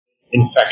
infection